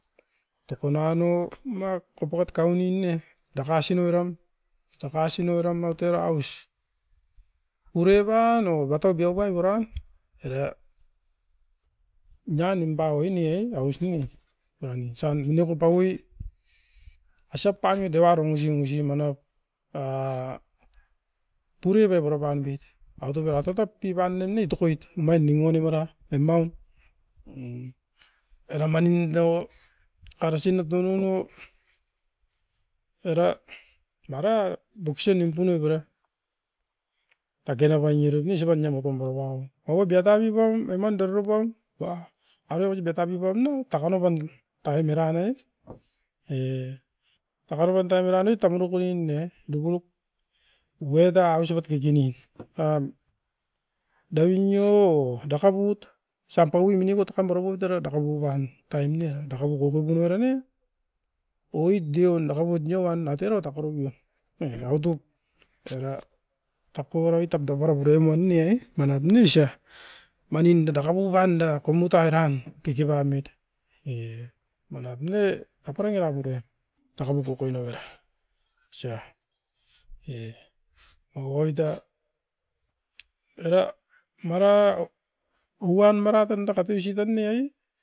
Takasi takasi daka put kekei ne omait taka-an, mane omain avere naparo ven. Apan matau ne tan omain takan, oit aine taka pau, anume daka put kokovenoven.